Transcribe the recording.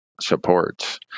supports